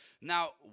Now